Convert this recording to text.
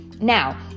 Now